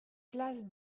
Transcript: place